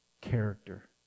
character